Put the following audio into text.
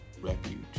Refuge